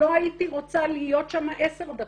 לא הייתי רוצה להיות שם 10 דקות,